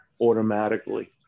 automatically